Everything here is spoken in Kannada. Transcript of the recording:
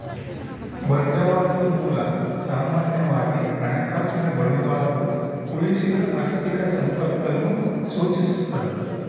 ಬಂಡವಾಳದ ಮೂಲ ಸಾಮಾನ್ಯವಾಗಿ ಹಣಕಾಸಿನ ಬಂಡವಾಳವು ಉಳಿಸಿದ ಆರ್ಥಿಕ ಸಂಪತ್ತನ್ನು ಸೂಚಿಸ್ತದ